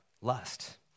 lust